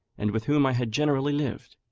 and with whom i had generally lived.